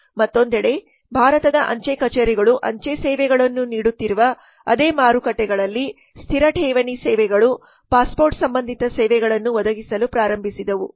ಮತ್ತೊಂದೆಡೆ ಭಾರತದ ಅಂಚೆ ಕಛೆರಿ ರಿಗಳು ಅಂಚೆ ಸೇವೆಗಳನ್ನು ನೀಡುತ್ತಿರುವ ಅದೇ ಮಾರುಕಟ್ಟೆಗಳಲ್ಲಿ ಸ್ಥಿರ ಠೇವಣಿ ಸೇವೆಗಳು ಮತ್ತು ಪಾಸ್ಪೋರ್ಟ್ ಸಂಬಂಧಿತ ಸೇವೆಗಳನ್ನು ಒದಗಿಸಲು ಪ್ರಾರಂಭಿಸಿದವು